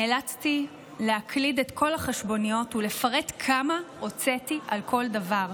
נאלצתי להקליד את כל החשבוניות ולפרט כמה הוצאתי על כל דבר,